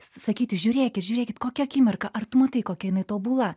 sakyti žiūrėkit žiūrėkit kokia akimirka ar tu matai kokia jinai tobula